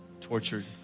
tortured